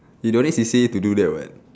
you don't need C_C_A to do that [what]